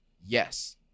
Yes